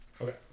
okay